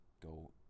go